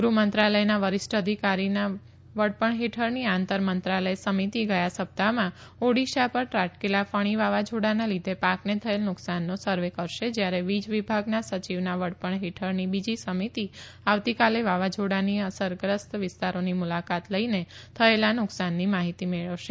ગૃહમંત્રાલયના વરિષ્ઠ અધિકારીના વડપણ હેઠળની આંતર મંત્રાલય સમિતિ ગયા સપ્તાહમાં ઓડિશા પર ત્રાટકેલા ફણી વાવાઝોડાના લીધે પાકને થયેલ નુકસાનનો સર્વે કરશે જયારે વીજ વિભાગના સચિવના વડપણ હેઠળની બીજી સમિતી આવતીકાલે વાવાઝોડાથી અસરગ્રસ્ત વિસ્તારોની મુલાકાત લઇને થયેલા નુકસાનની માહિતી મેળવશે